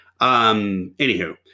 Anywho